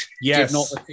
Yes